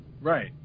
Right